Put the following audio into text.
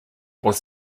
was